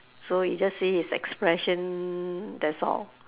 so you just see his expression that's all